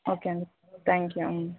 okay అండి thank you